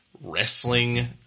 wrestling